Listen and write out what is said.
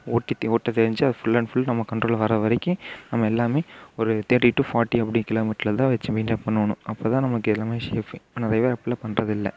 ஓட்டிட்டு ஓட்ட தெரிஞ்சால் ஃபுல் அன் ஃபுல் நம்ம கன்ட்ரோலில் வரவரைக்கிம் நம்ம எல்லாமே ஒரு தேர்ட்டி டு ஃபாட்டி அப்படி கிலோமீட்டரில் தான் வெச்சு மெய்டெயின் பண்ணணும் அப்போது தான் நமக்கு எல்லாமே சேஃப்பு இப்போ நிறைய பேர் அப்புடில்லாம் பண்ணுறதுல்ல